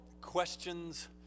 Questions